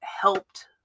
helped